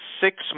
six